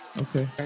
okay